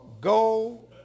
go